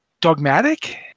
dogmatic